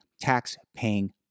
tax-paying